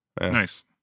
Nice